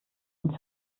und